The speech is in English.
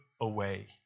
away